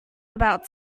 about